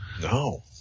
no